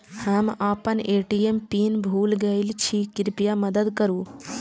हम आपन ATM PIN भूल गईल छी, कृपया मदद करू